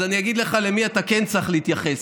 אז אגיד לך למי אתה כן צריך להתייחס,